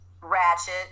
ratchet